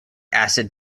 acid